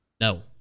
No